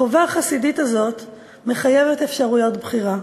החובה החסידית הזאת מחייבת אפשרויות בחירה.